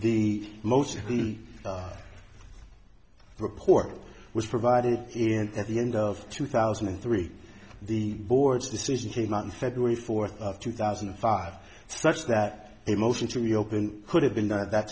the most of the report was provided in at the end of two thousand and three the board's decision came out in february fourth of two thousand and five such that a motion to reopen could have been done at that